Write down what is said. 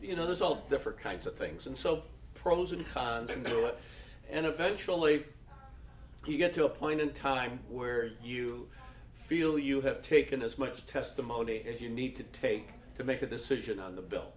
you know there's all different kinds of things and so pros and cons and do it and eventually he got to a point in time where you feel you have taken as much testimony if you need to take to make a decision on the b